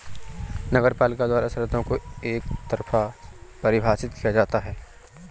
नगरपालिका द्वारा शर्तों को एकतरफा परिभाषित किया जाता है